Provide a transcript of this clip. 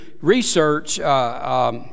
research